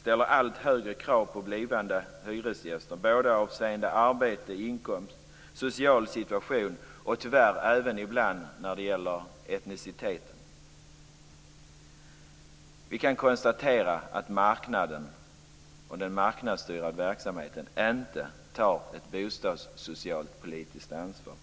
ställer allt högre krav på blivande hyresgäster både avseende arbete, inkomst, social situation och tyvärr ibland även etnicitet. Vi kan konstatera att marknaden och den marknadsstyrda verksamheten inte tar ett socialt bostadspolitiskt ansvar.